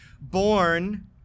born